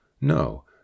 No